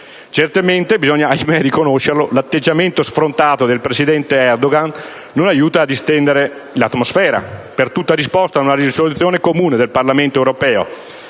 Certamente - bisogna ahimè riconoscerlo - l'atteggiamento sfrontato del presidente Erdogan non aiuta a distendere l'atmosfera. Per tutta risposta ad una risoluzione comune del Parlamento europeo,